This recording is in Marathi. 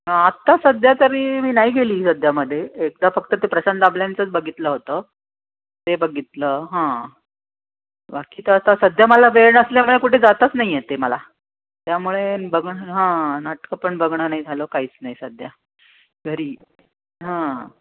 हा आत्ता सध्या तरी मी नाही गेली सध्यामध्ये एकदा फक्त ते प्रशांत दामल्यांचंच बघितलं होतं ते बघितलं हां बाकी तर आता सध्या मला वेळ नसल्यामुळे कुठे जाताच नाही येत आहे मला त्यामुळे बघणं हं नाटकं पण बघणं नाही झालं काहीच नाही सध्या घरी हां